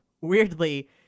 weirdly